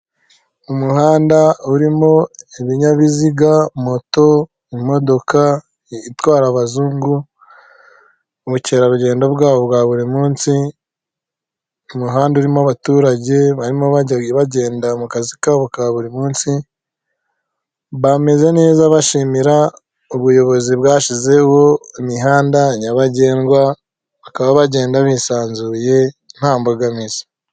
Umuhanda urimo ibinyabiziga moto, imodoka itwara abazungu ubukerarugendo bwabo bwa buri munsi umuhanda urimo abaturage barimo bajya bagenda mu kazi kabo ka buri munsi bameze neza bashimira ubuyobozi bwashyizeho imihanda nyabagendwa bakaba bagenda bisanzuye nta mbogamizi .